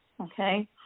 Okay